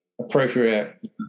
appropriate